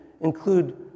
include